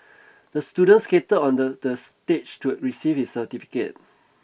the student skated onto the the stage to receive his certificate